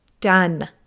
done